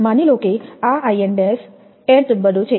માની લો કે આ 𝐼𝑛′ n નંબરનો છે